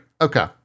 Okay